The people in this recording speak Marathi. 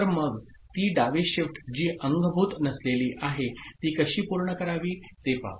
तर मग ती डावी शिफ्ट जी अंगभूत नसलेली आहे ती कशी पूर्ण करावी ते पाहू